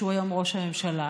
שהוא היום ראש הממשלה,